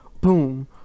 boom